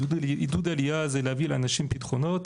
עידוד עלייה זה להביא לאנשים פתרונות,